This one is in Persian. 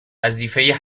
وظیفه